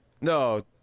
no